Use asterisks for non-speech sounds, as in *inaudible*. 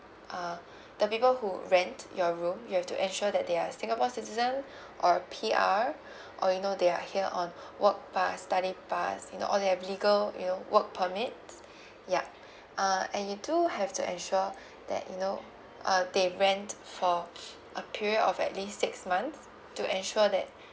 uh *breath* the people who rent your room you have to ensure that they are singapore citizen *breath* or P_R *breath* or you know they are here on *breath* work pass study pass you know or they have legal you know work permits *breath* ya *breath* uh and you do have to ensure *breath* that you know uh they rent for *breath* a period of at least six months to ensure that *breath*